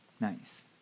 Nice